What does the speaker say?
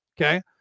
Okay